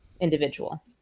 individual